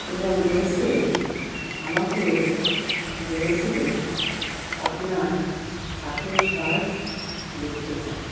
এবং এসে আমাকে বলেছিল আপনার হাতের কাজ দেখতে চাই